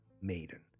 Maiden